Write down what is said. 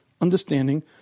understanding